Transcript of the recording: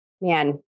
man